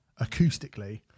acoustically